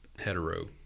hetero